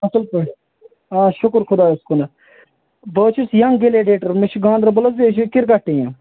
اصٕل پٲٹھۍ آ شُکُر خُۄدایس کُنَ بہٕ حظ چھُس ینٛگ گِلیڈیٹر مےٚ چھُ گانٛدربل حظ یہِ کرکٹ ٹیٖم